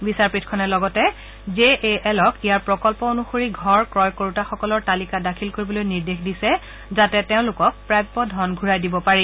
বিচাৰপীঠখনে লগতে জে এ এলক ইয়াৰ প্ৰকল্প অনুসৰি ঘৰ ক্ৰয় কৰোতাসকলৰ তালিকা দাখিল কৰিবলৈ নিৰ্দেশ দিছে যাতে তেওঁলোকক প্ৰাপ্য ধন ঘূৰাই দিব পাৰি